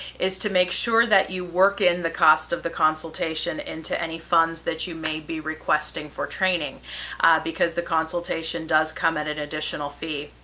is to make sure that you work in the cost of the consultation into any funds that you may be requesting for training because the consultation does come at an additional fee.